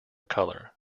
color